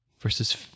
versus